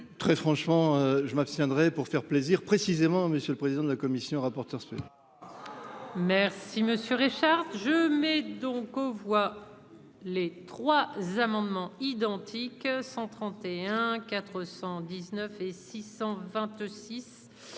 très franchement, je m'abstiendrai pour faire plaisir, précisément, monsieur le président de la commission rapporteur spéciaux. Ah. Merci monsieur Richard je mets. Donc, on voit les 3 amendements identiques : 131 419 et 626